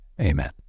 Amen